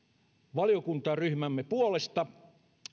valiokuntaryhmämme puolesta